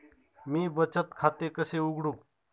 मी बचत खाते कसे उघडू?